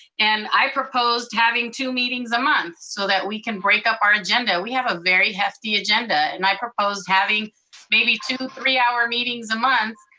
and i proposed having two meetings a month, so that we can break up our agenda. we have a very hefty agenda, and i proposed having maybe two three hour meetings a month,